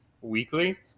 weekly